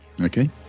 Okay